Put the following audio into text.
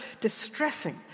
distressing